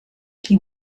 qui